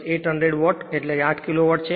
712 800 watt એટલે 8 kilowatt છે